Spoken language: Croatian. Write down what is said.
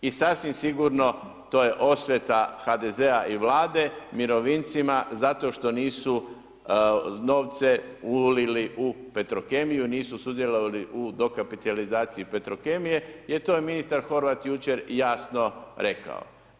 I sasvim sigurno to je osveta HDZ-a i Vlade mirovincima, zato što nisu novce ulili u Petrokemiju, nisu sudjelovali u dokapitalizaciji Petrokemije, jer to je ministar Horvat jučer jasno rekao.